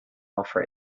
offer